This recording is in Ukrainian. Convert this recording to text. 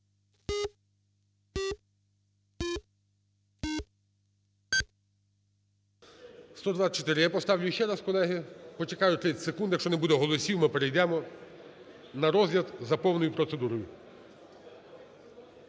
124. Я поставлю ще раз, колеги. Почекаю 30 секунд, якщо не буде голосів ми перейдемо на розгляд за повною процедурою.